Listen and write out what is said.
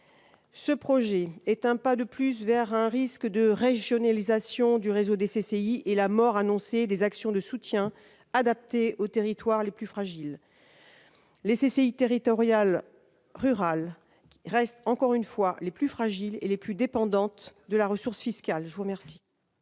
Ce projet est un pas de plus vers un risque de régionalisation du réseau des CCI et la mort annoncée des actions de soutien adaptées aux territoires les plus fragiles. « Les CCI territoriales rurales restent encore une fois les plus fragiles et les plus dépendantes de la ressource fiscale.